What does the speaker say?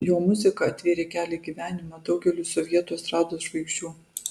jo muzika atvėrė kelią į gyvenimą daugeliui sovietų estrados žvaigždžių